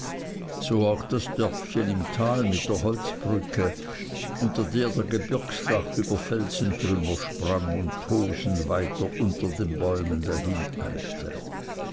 so auch das dörfchen im tal mit der holzbrücke unter der der gebirgsbach über felsentrümmer sprang und tosend weiter unter den bäumen